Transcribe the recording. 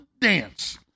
dance